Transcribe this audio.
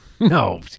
No